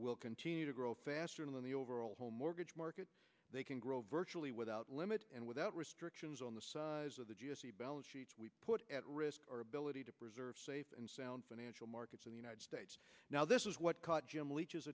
will continue to grow faster than the overall home mortgage market they can grow virtually without limit and without restrictions on the size of the put at risk or ability to preserve safe and sound financial markets in the united states now this is what caught jim leach